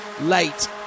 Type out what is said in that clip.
late